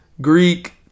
Greek